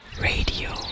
Radio